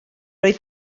oedd